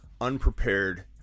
unprepared